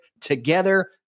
together